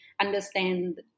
understand